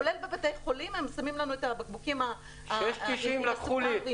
כולל בבתי חולים הם שמים לנו את הבקבוקים עם סוכר.